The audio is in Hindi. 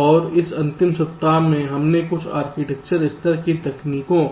और इस अंतिम सप्ताह में हमने कुछ आर्किटेक्चर स्तर की तकनीकों